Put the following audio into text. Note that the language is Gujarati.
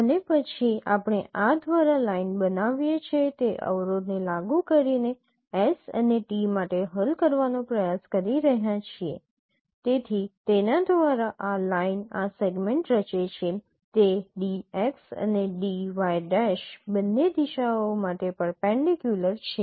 અને પછી આપણે આ દ્વારા લાઇન બનાવીએ છે તે અવરોધને લાગુ કરીને s અને t માટે હલ કરવાનો પ્રયાસ કરી રહ્યા છે તેથી તેમના દ્વારા લાઇન આ સેગમેન્ટ રચે છે તે dx અને dy' બંને દિશાઓ માટે પરપેન્ડિકયુલર છે